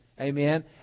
Amen